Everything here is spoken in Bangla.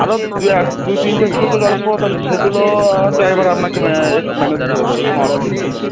আরো দু এক দু তিনটে ছোটো জলপ্রপাত আছে সেগুলো ড্রাইভার আপনাকে ম্যা এ ম্যানেজ করে দেবে কোনো অসুবিধা হবে না